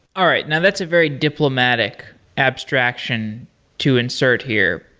all right. now, that's a very diplomatic abstraction to insert here.